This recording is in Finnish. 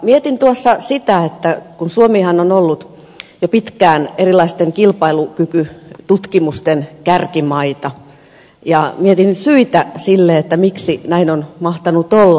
mietin tuossa sitä että suomihan on ollut jo pitkään erilaisten kilpailukykytutkimusten kärkimaita ja mietin syitä sille miksi näin on mahtanut olla